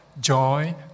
joy